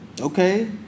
Okay